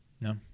No